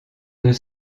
des